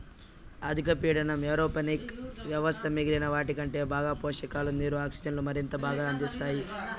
అధిక పీడన ఏరోపోనిక్ వ్యవస్థ మిగిలిన వాటికంటే బాగా పోషకాలు, నీరు, ఆక్సిజన్ను మరింత బాగా అందిస్తాయి